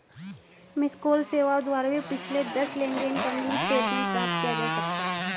miss call सेवाओं द्वारा भी पिछले दस लेनदेन का मिनी स्टेटमेंट प्राप्त किया जा सकता है